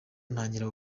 ntangira